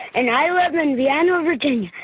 and i live in vienna, va.